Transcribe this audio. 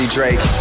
Drake